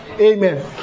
Amen